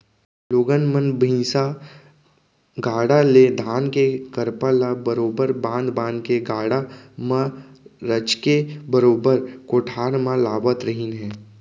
लोगन मन भईसा गाड़ा ले धान के करपा ल बरोबर बांध बांध के गाड़ा म रचके बरोबर कोठार म लावत रहिन हें